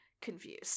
confused